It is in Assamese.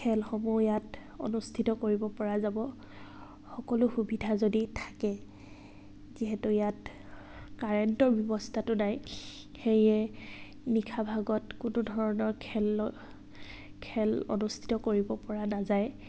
খেলসমূহ ইয়াত অনুষ্ঠিত কৰিব পৰা যাব সকলো সুবিধা যদি থাকে যিহেতু ইয়াত কাৰেণ্টৰ ব্যৱস্থাটো নাই সেয়ে নিশাভাগত কোনো ধৰণৰ খেল খেল অনুষ্ঠিত কৰিব পৰা নাযায়